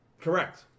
Correct